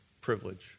privilege